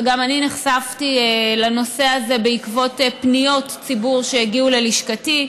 וגם אני נחשפתי לנושא הזה בעקבות פניות ציבור שהגיעו ללשכתי,